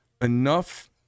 enough